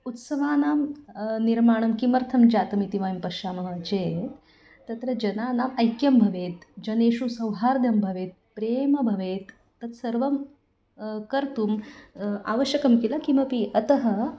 उत्सवानां निर्माणं किमर्थं जातमिति वयं पश्यामः चे तत्र जनानाम् ऐक्यं भवेत् जनेषु सौहार्दं भवेत् प्रेम भवेत् तत्सर्वं कर्तुम् आवश्यकं किल किमपि अतः